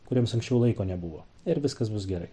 kuriems anksčiau laiko nebuvo ir viskas bus gerai